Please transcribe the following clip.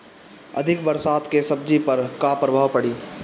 अधिक बरसात के सब्जी पर का प्रभाव पड़ी?